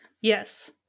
Yes